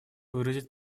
выразить